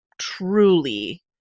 truly